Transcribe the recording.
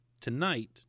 tonight